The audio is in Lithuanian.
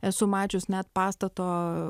esu mačius net pastato